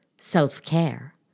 self-care